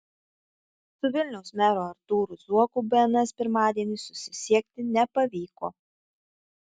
su vilniaus meru artūru zuoku bns pirmadienį susisiekti nepavyko